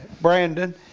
Brandon